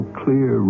clear